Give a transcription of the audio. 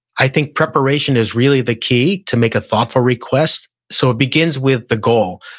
i think preparation is really the key to make a thoughtful request. so it begins with the goal.